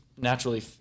naturally